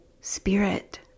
spirit